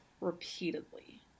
repeatedly